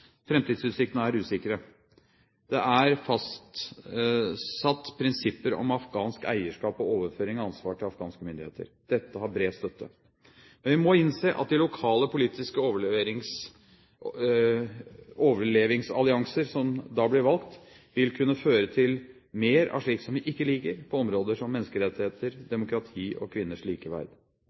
er usikre. Det er fastsatt prinsipper om afghansk eierskap og overføring av ansvar til afghanske myndigheter. Dette har bred støtte. Men vi må innse at de lokale politiske overlevingsallianser som da blir valgt, vil kunne føre til mer av slikt som vi ikke liker – på områder som menneskerettigheter, demokrati og kvinners